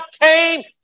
came